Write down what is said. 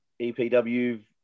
EPW